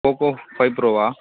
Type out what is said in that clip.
Poco ஃபை ப்ரோவா